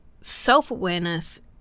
self-awareness